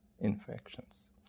infections